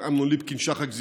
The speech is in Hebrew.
עם אמנון ליפקין-שחק,